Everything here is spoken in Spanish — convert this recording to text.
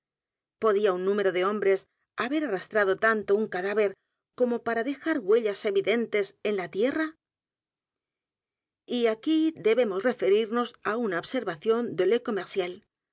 podía un número de hombres haber arrastrado tanto u n cadáver como p a r a dejar huellas evidentes en la tierra y aquí debemos referirnos á una observación de